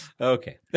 Okay